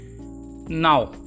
now